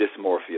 dysmorphia